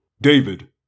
David